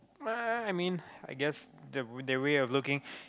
I mean I guess the the way of looking